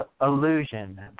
illusion